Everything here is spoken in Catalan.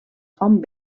font